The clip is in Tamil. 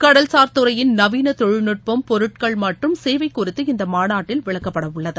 கடல்சார்துறையின் நவீன தொழில்நட்பம் பொருட்கள் மற்றும் சேவை குறித்து இந்த மாநாட்டில் விளக்கப்படவுள்ளது